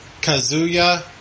Kazuya